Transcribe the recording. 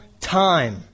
time